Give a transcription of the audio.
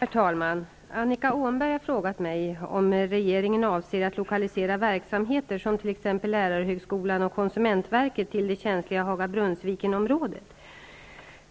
Herr talman! Annika Åhnberg har frågat mig om regeringen avser att lokalisera verksamheter som t.ex. lärarhögskolan och konsumentverket till det känsliga Haga--Brunnsviken-området.